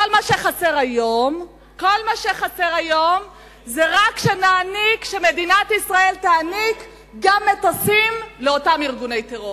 כל מה שחסר היום זה רק שמדינת ישראל תעניק גם מטוסים לאותם ארגוני טרור.